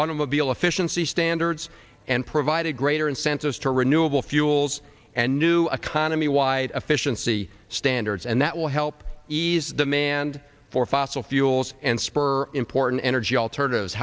automobile efficiency standards and provided greater incentives to renewable fuels and new economy wide efficiency standards and that will help ease the mand for fossil fuels and spur important energy alternatives